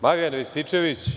Marijan Rističević?